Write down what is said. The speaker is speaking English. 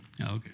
okay